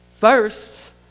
first